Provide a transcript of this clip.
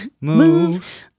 move